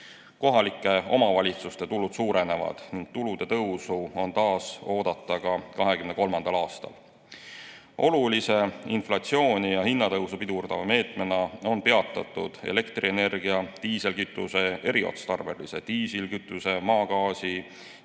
Kohalike omavalitsuste tulud suurenevad ning tulude tõusu on taas oodata ka 2023. aastal. Olulise inflatsiooni ja hinnatõusu pidurdava meetmena on peatatud elektrienergia, diislikütuse, eriotstarbelise diislikütuse, maagaasi